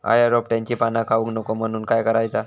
अळ्या रोपट्यांची पाना खाऊक नको म्हणून काय करायचा?